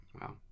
Wow